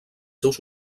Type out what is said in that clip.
seus